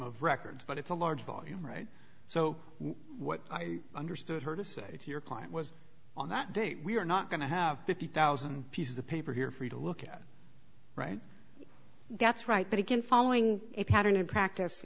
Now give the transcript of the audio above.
of records but it's a large volume right so what i understood her to say to your client was on that day we are not going to have fifty thousand pieces of paper here for you to look at right that's right but again following a pattern and practice